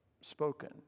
spoken